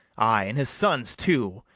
ay, and his son's too,